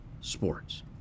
sports